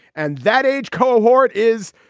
and that age cohort is.